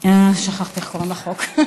שכחתי איך קוראים לחוק,